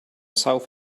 south